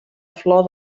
flor